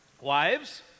Wives